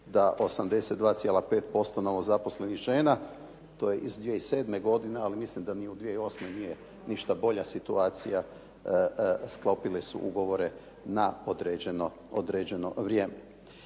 da 82,5% novozaposlenih žena, to je iz 2007. godine ali mislim da ni u 2008. nije ništa bolja situacija, sklopile su ugovore na određeno vrijeme.